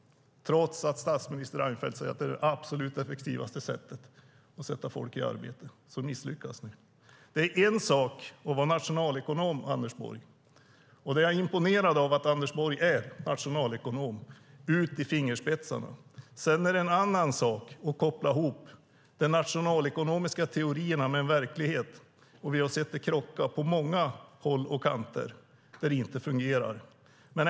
Trots att statsminister Reinfeldt säger att det är det absolut effektivaste sättet att sätta folk i arbete misslyckas ni. Det är en sak att vara nationalekonom, och jag är imponerad av att Anders Borg är det ut i fingerspetsarna. Det är en annan sak att koppla ihop de nationalekonomiska teorierna med verkligheten, och vi har sett det krocka på många håll och kanter där det inte fungerar.